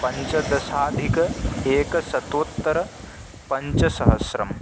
पञ्चदशाधिक एकशतोत्तरपञ्चसहस्रं